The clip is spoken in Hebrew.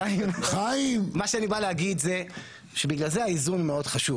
מה שאני בא להגיד זה שבגלל זה האיזון הוא מאוד חשוב